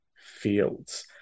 Fields